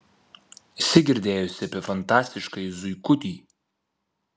esi girdėjusi apie fantastiškąjį zuikutį